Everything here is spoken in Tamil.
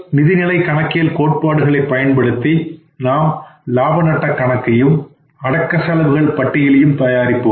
நிதிநிலை கணக்கியல் கோட்பாடுகளைப் பயன்படுத்தி நாம் லாப நட்ட கணக்கையும் அடக்க செலவுகள் பட்டியலையும் தயாரிப்போம்